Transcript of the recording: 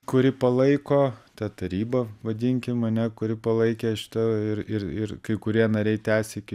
kuri palaiko ta taryba vadinkim ane kuri palaikė šitą ir ir ir kai kurie nariai tęsia iki